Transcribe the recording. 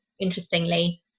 interestingly